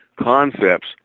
concepts